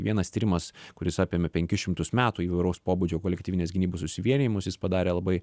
vienas tyrimas kuris apėmė penkis šimtus metų įvairaus pobūdžio kolektyvinės gynybos susivienijimus jis padarė labai